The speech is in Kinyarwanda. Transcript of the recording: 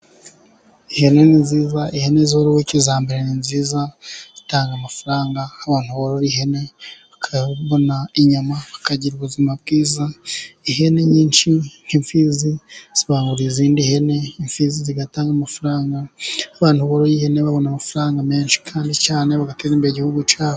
Ihene nziza ihene zorowe kijyambere ni nziza, zitanga amafaranga nk'abantu bororaye ihene, bakabona inyama bakagira ubuzima bwiza, ihene nyinshi nk'imfizi, zibangurira izindi hene, imfizi zigatanga amafaranga, nk'abantu boroye ihene, babona amafaranga menshi, bagateza imbere igihugu cyabo.